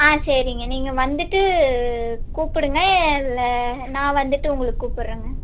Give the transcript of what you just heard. ஆ சரிங்க நீங்கள் வந்துவிட்டு கூப்பிடுங்க இல்லை நான் வந்துவிட்டு உங்களை கூப்பிட்றேங்க